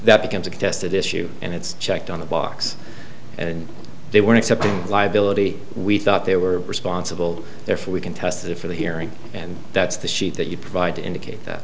that becomes a contested issue and it's checked on the box and they were accepting liability we thought they were responsible therefore we can test it for the hearing and that's the sheet that you provide to indicate that